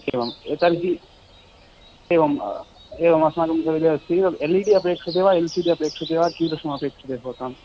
एवं तर्हि एवम् एवमस्माकं सविधे अस्ति एल् इ डि अपेक्ष्यते वा एल् सि डि अपेक्ष्यते वा कीदृशमपेक्ष्यते भवताम्